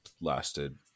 lasted